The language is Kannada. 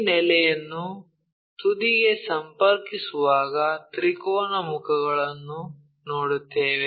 ಈ ನೆಲೆಯನ್ನು ತುದಿಗೆ ಸಂಪರ್ಕಿಸುವಾಗ ತ್ರಿಕೋನ ಮುಖಗಳನ್ನು ನೋಡುತ್ತೇವೆ